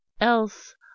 else